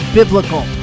biblical